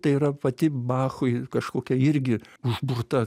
tai yra pati bachui kažkokia irgi užburta